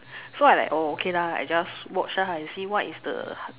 so I like oh okay lah I just watch and see what is the